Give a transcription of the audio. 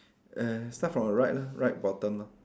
err start from the right lah right bottom lah